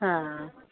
हा